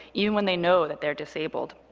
even when they know that they are disabled.